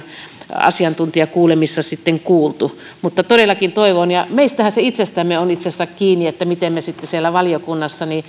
asiantuntijakuulemisissa sitten kuultu todellakin toivon tätä ja meistähän se itsestämme on itse asiassa kiinni miten me sitten siellä valiokunnassa